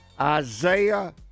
Isaiah